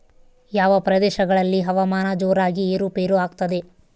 ಯಾವ ಪ್ರದೇಶಗಳಲ್ಲಿ ಹವಾಮಾನ ಜೋರಾಗಿ ಏರು ಪೇರು ಆಗ್ತದೆ?